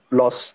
loss